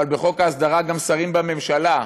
אבל בחוק ההסדרה גם שרים בממשלה,